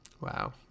wow